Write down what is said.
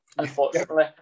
unfortunately